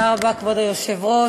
כבוד היושב-ראש,